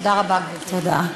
תודה רבה, גברתי.